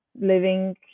Living